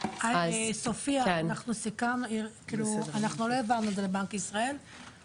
סופיה אנחנו לא העברנו את זה לבנק ישראל,